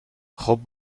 خوب